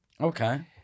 Okay